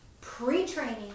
pre-training